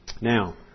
Now